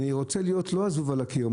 אני רוצה להיות לא הזבוב על הקיר,